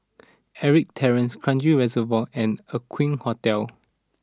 Ettrick Terrace Kranji Reservoir and Aqueen Hotel